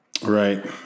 Right